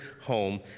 home